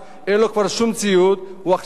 לדאוג לציוד לביתו,